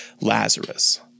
Lazarus